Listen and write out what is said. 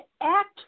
act